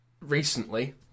Recently